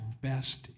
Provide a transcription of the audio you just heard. best